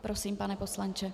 Prosím, pane poslanče.